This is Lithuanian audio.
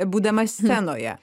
būdama scenoje